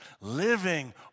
living